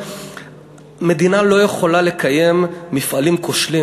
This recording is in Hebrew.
מדינה לא יכולה לקיים מפעלים כושלים.